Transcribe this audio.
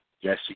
Yes